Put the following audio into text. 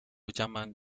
llaman